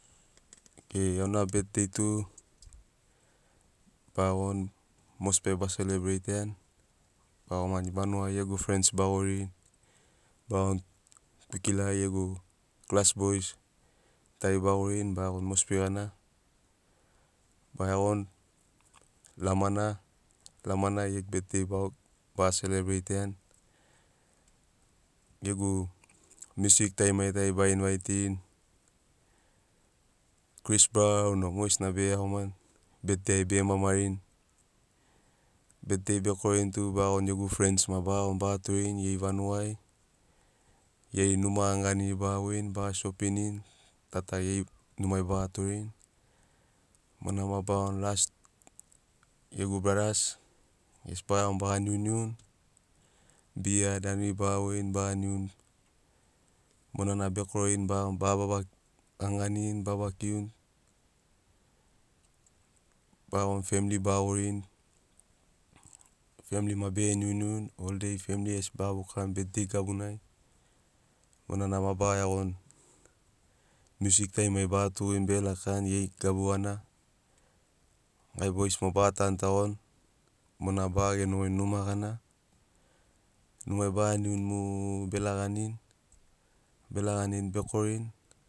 Okei auna betdei tub a iagoni mosbi ai ba selebreitiani ba iagomani vanugai gegu frens ba goririni ba iagoni kwikilai gegu klas bois tari ba goririni ba iagoni mosbi gana baga iagoni lamana, lamanai gegu betdei ba selebreitiani. Gegu miusik tarima tari ba invaitirini chris brown o mogesina bege iagomani betdei ai bege ma marini betdei bekorini tu baiagoni gegu frens ma ba iagoni ba torerini geri vanugai ger numa gani ganiri baga voini baga shopinini ta ta geri numai baga torereini monai ma ba iagoni last gegu bradas gesi baga iagoni baga niuniuni bia danuri baga voini baga niuni monana bekorini baga iagoni baga gani ganini babakiuni ba iagoni femli ba goririni femli ma bege niuniuni. Ol dei femli gesi baga bukani betdei gabunai monana ma baga iagoni miusik tarimari baga tugurini bege lakani geri gabu gana gai bois mogo baga tanu tagoni monana baga genogoini numa gana numai baga niuni mu bera ganini bera ganini bekorini